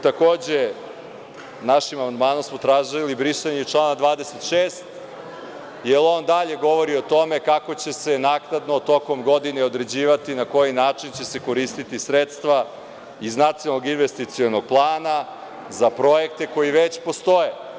Takođe, našim amandmanom smo tražili i brisanje člana 26. jer on dalje govori o tome kako će se naknadno tokom godine određivati na koji način će se koristiti sredstva iz Nacionalnog investicionog plana za projekte koji već postoje.